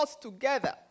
together